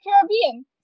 Caribbean